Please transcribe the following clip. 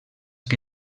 que